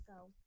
Go